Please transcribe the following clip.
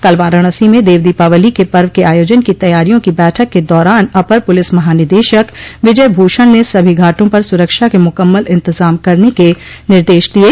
कल वाराणसी में देव दीपावली के पर्व के आयोजन की तैयारियों की बैठक के दौरान अपर पुलिस महानिदेशक विजय भूषण ने सभी घाटों पर सुरक्षा के मुकम्मल इंतजाम करने के निर्देश दिये